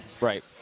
Right